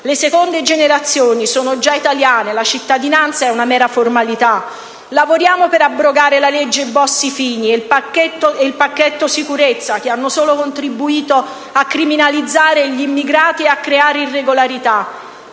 Le seconde generazioni sono già italiane, la cittadinanza è una mera formalità. Lavoriamo per abrogare la legge Bossi-Fini e il pacchetto sicurezza, che hanno contribuito solo a criminalizzare gli immigrati ed a creare irregolarità.